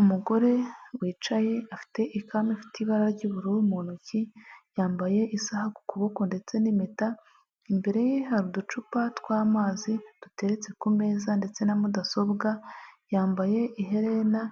Umugore wicaye afite i ikarmu afite ibara ry'ubururu mu ntoki yambaye isaha ku kuboko ndetse n'impeta imbere ye hari uducupa tw'amazi duteretse ku meza ndetse na mudasobwa yambaye ihena